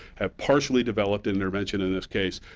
have partially developed an intervention in this case,